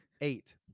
Eight